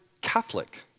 Catholic